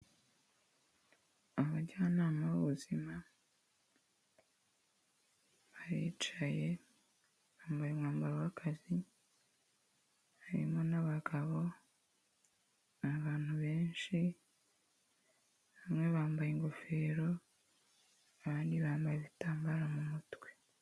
Abajyanama b'ubuzima baricaye bambaye umwambaro w'akazi harimo n'abagabo, ni abantu benshi bamwe bambaye ingofero, abandi bambaye ibitambaro mu mutwe.